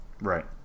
right